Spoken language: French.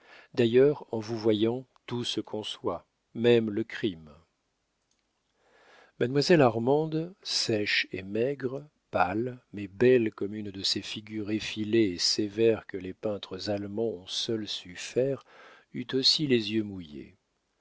d'ailleurs en vous voyant tout se conçoit même le crime mademoiselle armande sèche et maigre pâle mais belle comme une de ces figures effilées et sévères que les peintres allemands ont seuls su faire eut aussi les yeux mouillés